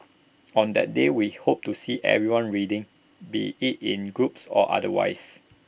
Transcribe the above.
on that day we hope to see everyone reading be IT in groups or otherwise